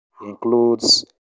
includes